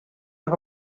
nog